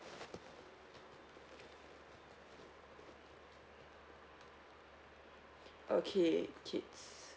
okay kids